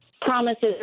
Promises